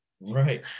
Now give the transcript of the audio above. right